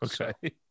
Okay